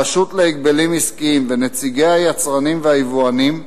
הרשות להגבלים עסקיים ונציגי היצרנים והיבואנים,